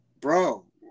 bro